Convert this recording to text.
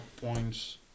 points